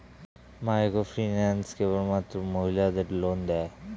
Microfinance কেবলমাত্র মহিলাদের loan দেয়?